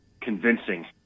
convincing